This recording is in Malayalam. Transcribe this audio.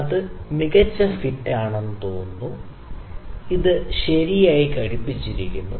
ഇത് നല്ല ഫിറ്റ് ആണെന്ന് തോന്നുന്നു ഇത് ശരിയായി ഘടിപ്പിച്ചിരിക്കുന്നു